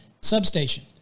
substation